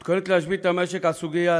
היא מתכוננת להשבית את המשק על סוגיית